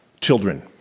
children